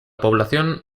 población